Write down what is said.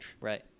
Right